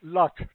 luck